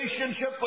relationship